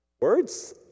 Words